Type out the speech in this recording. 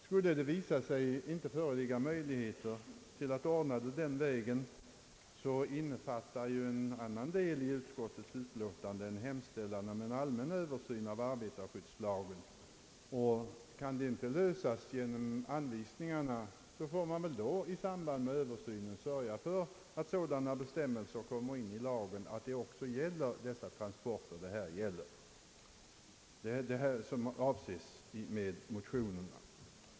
Skulle detta ändå visa sig omöjligt innefattar ju en annan del av utskottets utlåtande hemställan om en allmän översyn av arbetarskyddslagen, och då får man i stället i samband med denna översyn sörja för att sådana bestämmelser kommer in i lagen scm garanteras gälla för de här ifrågavarande transporterna.